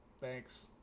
Thanks